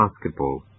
basketball